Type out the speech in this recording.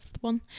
one